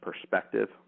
perspective